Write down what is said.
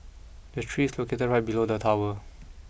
the tree is located right below the tower